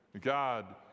God